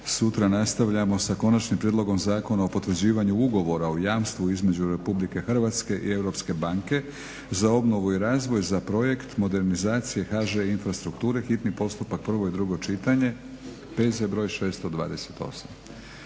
Sutra nastavljamo sa Konačnim prijedlogom Zakona o potvrđivanju ugovora o jamstvu između RH i Europske banke za obnovu i razvoj za "Projekt modernizacije HŽ infrastrukture", hitni postupak, prvo i drugo čitanje, P.Z. br. 628.